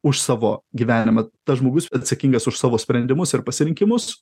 už savo gyvenimą tas žmogus atsakingas už savo sprendimus ir pasirinkimus